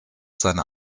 seine